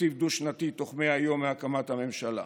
לתקציב דו-שנתי בתוך 100 יום מהקמת הממשלה.